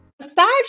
Aside